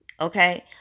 Okay